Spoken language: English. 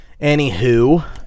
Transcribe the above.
Anywho